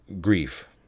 grief